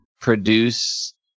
produce